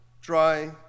dry